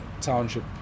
township